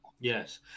Yes